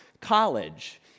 college